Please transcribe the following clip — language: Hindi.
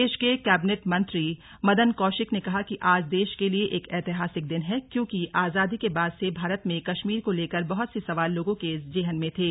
प्रदेश के कैबिनेट मंत्री मदन कौशिक ने कहा कि आज देश के लिए एक ऐतिहासिक दिन है क्योंकि आजादी के बाद से भारत में कश्मीर को लेकर बहत से सवाल लोगों के जेहन में थे